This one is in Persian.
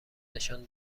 نشان